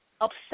upset